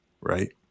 right